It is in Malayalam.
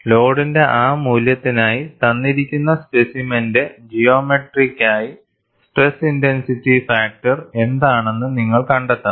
ലോഡിന്റെ ആ മൂല്യത്തിനായി തന്നിരിക്കുന്ന സ്പെസിമെന്റെ ജിയോമെട്രിക്കായി സ്ട്രെസ് ഇന്റൻസിറ്റി ഫാക്ടർ എന്താണെന്ന് നിങ്ങൾ കണ്ടെത്തണം